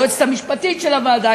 היועצת המשפטית של הוועדה.